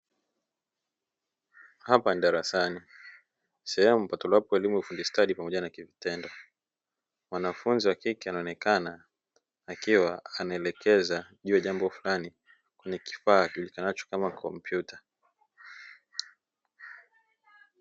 Hapa darasani sehemu ipatikanapo elimu ya ufundi stadi pamoja na kivitendo mwanafunzi wa kike anaonekana akiwa anaelekeza juu ya jambo fulani na kifaa kijulikanacho kama kompyuta.